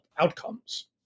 outcomes